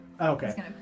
Okay